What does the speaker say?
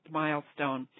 milestone